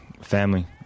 Family